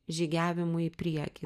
žygiavimui į priekį